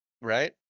Right